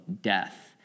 death